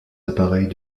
appareils